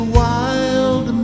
wild